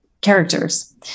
characters